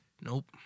Nope